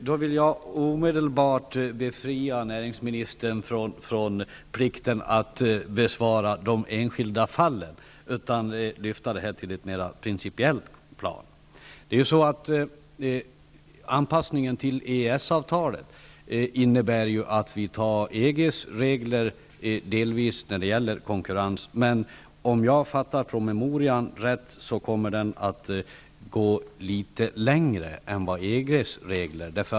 Fru talman! Jag vill omedelbart befria näringsministern från plikten att besvara frågorna om de enskilda fallen och lyfta det hela till ett mera principiellt plan. Anpassningen till EES-avtalet innebär att EG:s regler om konkurrens används till viss del. Men om jag har förstått promemorian rätt, kommer lagen att gå ett steg längre än EG:s regler.